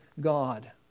God